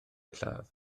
lladd